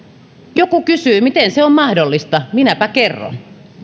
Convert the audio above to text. joku kysyy miten se on mahdollista minäpä kerron